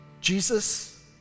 Jesus